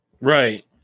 right